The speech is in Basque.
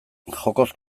jokoz